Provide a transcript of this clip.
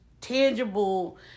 tangible